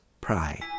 pray